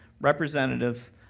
representatives